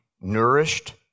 nourished